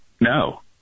No